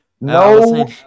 no